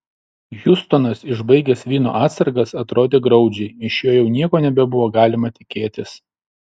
hiustonas išbaigęs vyno atsargas atrodė graudžiai iš jo jau nieko nebebuvo galima tikėtis